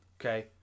Okay